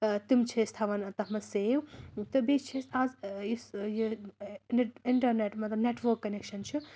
تِم چھِ أسۍ تھاوان تَتھ منٛز سیو تہٕ بیٚیہِ چھِ أسۍ آز یُس یہِ اِنٹَرنٮ۪ٹ مطلب نٮ۪ٹؤرک کَنٮ۪کشَن چھِ